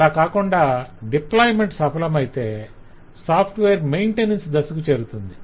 అలా కాకుండా డిప్లాయిమెంట్ సఫలమైతే సాఫ్ట్వేర్ మెయింటెనెన్స్ దశకు చేరుతుంది